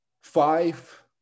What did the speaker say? five